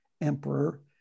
emperor